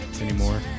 anymore